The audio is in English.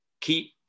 keep